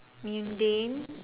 mundane